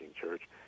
Church